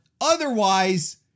Otherwise